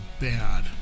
bad